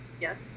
Yes